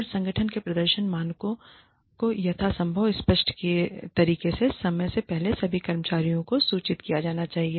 और संगठन के प्रदर्शन मानकों को यथासंभव स्पष्ट तरीके से समय से पहले सभी कर्मचारियों को सूचित किया जाना चाहिए